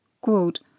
Quote